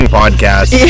podcast